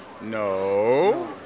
No